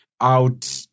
out